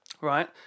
Right